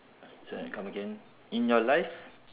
sorry come again in your life